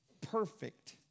perfect